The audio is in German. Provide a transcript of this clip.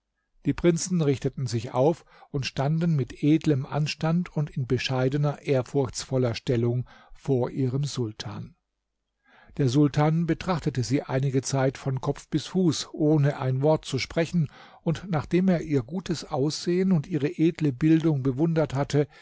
die prinzen richteten sich auf und standen mit edlem anstand und in bescheidener ehrfurchtsvoller stellung vor ihrem sultan der sultan betrachtete sie einige zeit von kopf bis zu fuß ohne ein wort zu sprechen und nachdem er ihr gutes aussehen und ihre edle bildung bewundert hatte